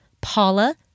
paula